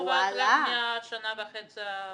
ההעלאה נובעת רק מהשנה וחצי.